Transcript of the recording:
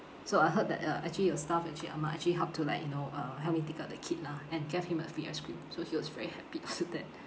so I heard that uh actually your staff actually ahmad actually helped to like you know uh helped me take care the kid lah and gave him a free ice cream so he was very happy after that